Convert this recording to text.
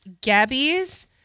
Gabby's